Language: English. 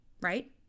right